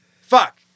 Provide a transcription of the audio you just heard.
Fuck